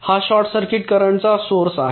हा short circuits करंटचा source आहे